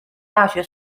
大学